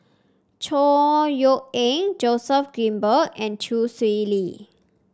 Chor Yeok Eng Joseph Grimberg and Chee Swee Lee